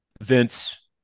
Vince